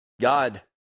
God